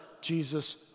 Jesus